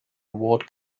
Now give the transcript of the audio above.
award